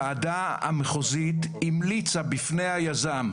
כשחוק התכנון והבנייה מאפשר להגיש תכנית